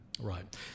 right